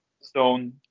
stone